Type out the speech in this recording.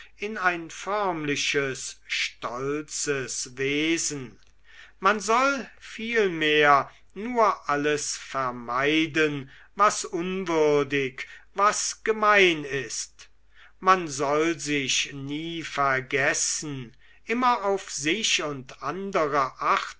in ein förmliches stolzes wesen man soll vielmehr nur alles vermeiden was unwürdig was gemein ist man soll sich nie vergessen immer auf sich und andere